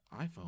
iPhone